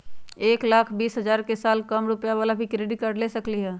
एक लाख बीस हजार के साल कम रुपयावाला भी क्रेडिट कार्ड ले सकली ह?